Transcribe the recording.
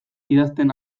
idazten